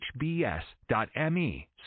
hbs.me